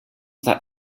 that